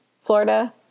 Florida